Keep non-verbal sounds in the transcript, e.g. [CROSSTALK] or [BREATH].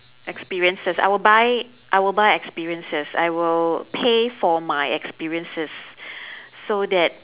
experiences I will buy I will buy experiences I will pay for my experiences [BREATH] so that